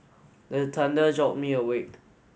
the thunder jolt me awake